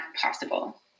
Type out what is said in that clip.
possible